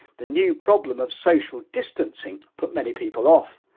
the new problem of social distancing put many people off!